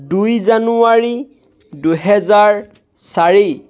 দুই জানুৱাৰী দুহেজাৰ চাৰি